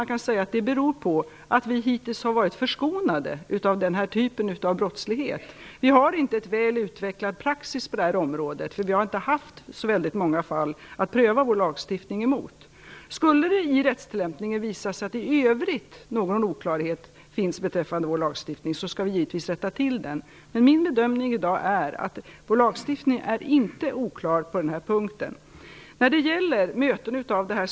Det kanske delvis beror på att vi hittills har varit förskonade från denna typ av brottslighet. Vi har inte någon väl utvecklad praxis på detta område därför att det inte har funnits så många fall där man har kunnat pröva lagstiftningen. Skulle det i rättstillämpningen visa sig att det finns någon oklarhet i övrigt i lagstiftningen skall denna givetvis rättas till. Min bedömning i dag är att vår lagstiftning inte är oklar på denna punkt.